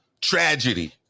tragedy